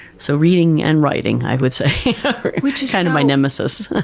so reading and writing, i would say are, kind of, my nemesis.